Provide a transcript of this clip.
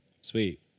Sweet